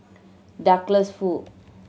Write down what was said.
Douglas Foo